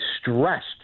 stressed